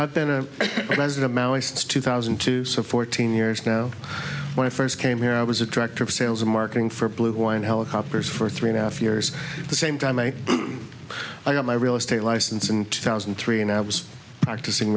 i've been a resident maoists two thousand and two so fourteen years ago when i first came here i was a director of sales and marketing for blue wind helicopters for three and a half years the same time i i got my real estate license in two thousand and three and i was practicing